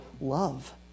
love